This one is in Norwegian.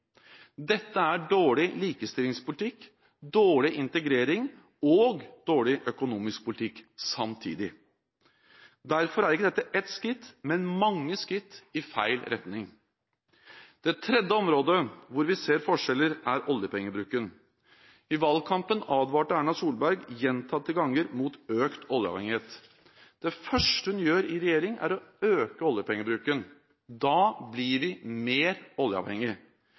Dette er dårlig likestillingspolitikk, dårlig integrering og dårlig økonomisk politikk – samtidig. Derfor er ikke dette ett skritt, men mange skritt i feil retning. Det tredje området hvor vi ser forskjeller, er i oljepengebruken. I valgkampen advarte Erna Solberg gjentatte ganger mot økt oljeavhengighet. Det første hun gjør i regjering, er å øke oljepengebruken. Da blir vi mer oljeavhengig,